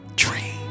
dream